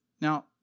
Now